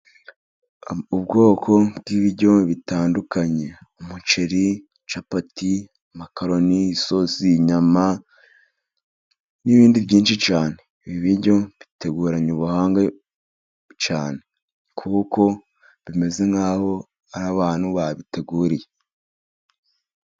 Ubwoko bw'ibiryo bitandukanye. Umuceri, capati, makaroni, isosi, inyama n'ibindi byinshi cyane. Ibi biryo biteguranye ubuhanga cyane kuko bimeze nk'aho hari abantu babiteguriye.